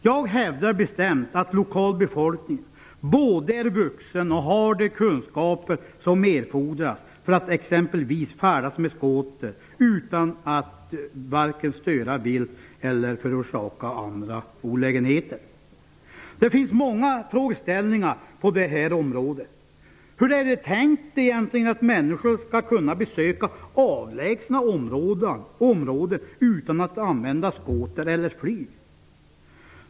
Jag hävdar bestämt att lokalbefolkningen både är vuxen nog och har de kunskaper som erfordras för att färdas med skoter, utan att varken störa vilt eller förorsaka andra olägenheter. Det finns många frågeställnigar på det här området. Hur är det egentligen tänkt att människor skall kunna besöka avlägsna områden utan att använda skoter eller flyg?